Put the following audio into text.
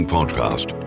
Podcast